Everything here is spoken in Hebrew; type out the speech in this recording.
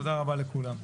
תודה רבה לכולם,